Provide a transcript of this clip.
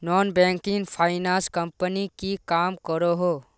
Non banking finance company की काम करोहो?